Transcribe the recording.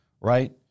right